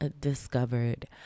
discovered